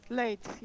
late